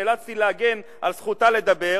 כי נאלצתי להגן על זכותה לדבר,